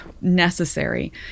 necessary